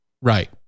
right